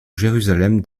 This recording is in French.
jérusalem